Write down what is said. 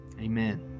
Amen